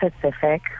Pacific